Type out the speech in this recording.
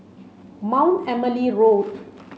Mount Emily Road